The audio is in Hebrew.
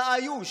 תעאיוש,